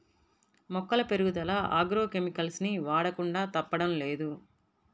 మొక్కల పెరుగుదల agro chemicals ని వాడకుండా తప్పడం లేదు